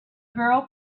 girl